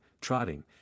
trotting